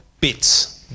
bits